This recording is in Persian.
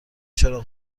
چراغ